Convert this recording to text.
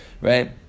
right